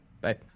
Bye